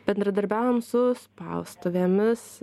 bendradarbiaujam su spaustuvėmis